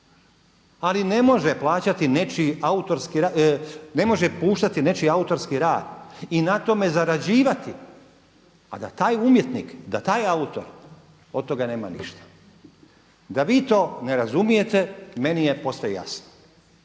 Ali ne može puštati nečiji autorski rad i na tome zarađivati, a da taj umjetnik, da taj autor od toga nema ništa. Da vi to ne razumijete, meni je posve jasno